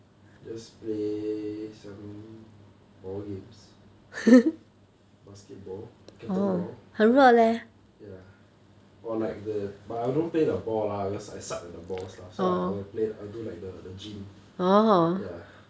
just play some ball games basketball captain ball ya or like the but I don't play the ball lah because I suck at the ball stuff so I will do like the gym